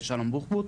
שלום בוחבוט.